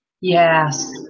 Yes